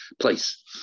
place